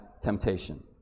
temptation